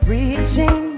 Reaching